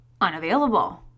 unavailable